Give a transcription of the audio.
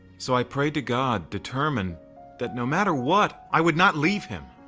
so i prayed to god, determined that no matter what, i would not leave him.